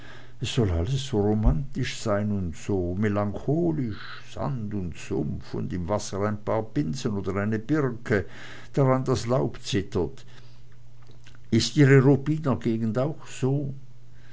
alles so romantisch sein und so melancholisch sand und sumpf und im wasser ein paar binsen oder eine birke dran das laub zittert ist ihre ruppiner gegend auch so